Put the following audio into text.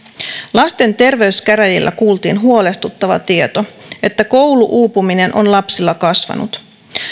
lasten terveyskäräjillä kuultiin huolestuttava tieto että koulu uupuminen on lapsilla kasvanut